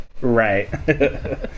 right